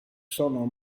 sono